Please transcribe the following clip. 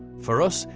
for us,